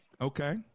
Okay